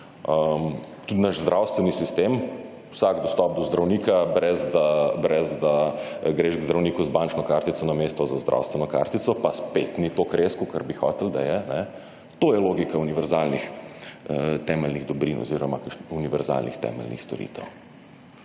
Tudi naš zdravstveni sistem, vsak dostop do zdravnika, brez da greš k zdravniku z bančno kartico namesto z zdravstveno kartico, pa spet ni toliko res kolikor bi hoteli, da je. To je logika univerzalnih temeljnih dobrin oziroma kakšnih univerzalnih temeljnih storitev,